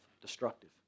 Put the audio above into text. destructive